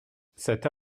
cet